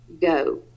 go